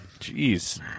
Jeez